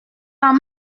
pas